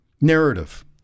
narrative